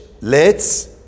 lets